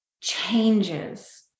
changes